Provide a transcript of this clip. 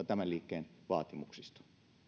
tämän liikkeen vaatimuksista